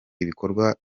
ibikorwa